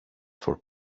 for